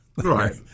Right